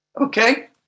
Okay